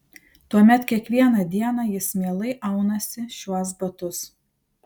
tuomet kiekvieną dieną jis mielai aunasi šiuos batus